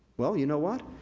well, you know what?